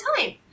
time